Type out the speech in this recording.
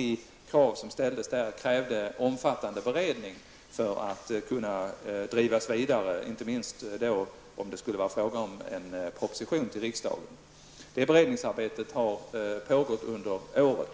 i flesta fall en omfattande beredning för att kunna driva frågorna vidare, inte minst om det skulle bli fråga om en proposition till riksdagen. Det beredningsarbetet har pågått under det gångna året.